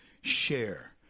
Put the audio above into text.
share